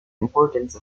importance